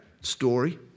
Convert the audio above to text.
story